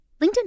LinkedIn